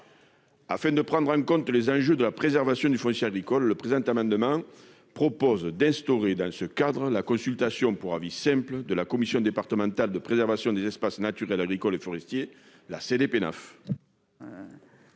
mieux prendre en compte les enjeux de préservation du foncier agricole, les auteurs de cet amendement proposent d'instaurer une consultation pour avis simple de la commission départementale de préservation des espaces naturels, agricoles et forestiers dans